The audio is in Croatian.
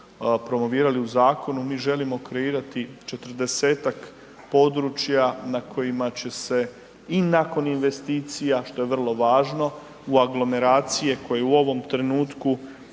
promovirali u zakonu, mi želimo kreirati 40-tak područja na kojima će se i nakon investicija, što je vrlo važno, u aglomeracije koje u ovom trenutku